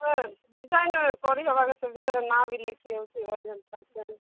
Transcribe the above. ହଏ ଡିଜାଇନ୍ କରିହେବା ସେ ଭିତରେ ନାଁ ବି ଲେଖି ହେଉଥିବ ଯେନ୍ତା